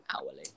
hourly